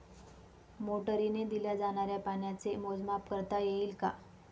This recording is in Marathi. मोटरीने दिल्या जाणाऱ्या पाण्याचे मोजमाप करता येईल का?